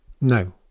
No